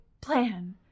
plan